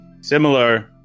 similar